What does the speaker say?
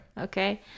okay